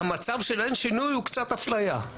המצב של אין שינוי הוא קצת אפליה.